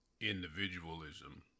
individualism